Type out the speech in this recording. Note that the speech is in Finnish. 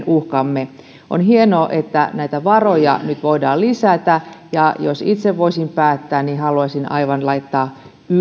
uhkamme on hienoa että näitä varoja nyt voidaan lisätä ja jos itse voisin päättää haluaisin laittaa aivan